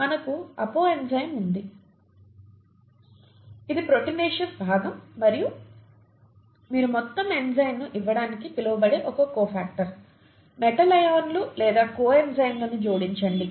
మనకు apoenzyme ఉంది ఇది ప్రోటీనేషియస్ భాగం మరియు మీరు మొత్తం ఎంజైమ్ను ఇవ్వడానికి పిలవబడే ఒక కోఫాక్టర్ మెటల్ అయాన్లు లేదా కోఎంజైమ్లను జోడించండి